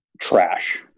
trash